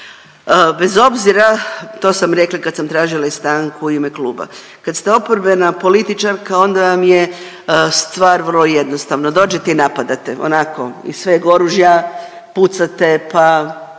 Bez obzira, to sam rekla i kad sam tražila i stanku u ime kluba. Kad ste oporbena političarka onda vam je stvar vrlo jednostavna, dođete i napadate onako iz sveg oružja pucate pa